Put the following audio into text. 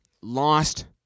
lost